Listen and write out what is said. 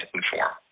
inform